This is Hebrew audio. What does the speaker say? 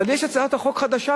אבל יש הצעת חוק חדשה,